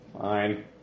Fine